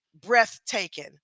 breathtaking